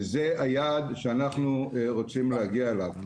וזה היעד שאנחנו רוצים להגיע אליו.